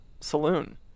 Saloon